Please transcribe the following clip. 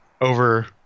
over